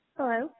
Hello